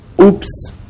Oops